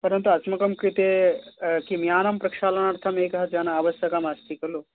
परन्तु अस्माकं कृते किं यानं प्रक्षालनार्थमेकः जनः आवश्यकः अस्ति खलु